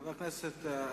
חבר הכנסת אריאל,